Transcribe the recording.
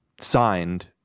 signed